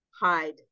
hide